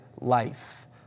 life